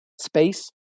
space